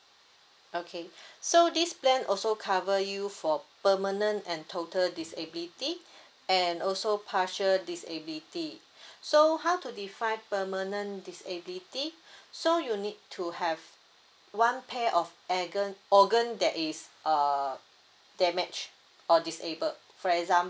okay so this plan also cover you for permanent and total disability and also partial disability so how to define permanent disability so you need to have one pair of organ organ that is uh damaged or disabled for exam~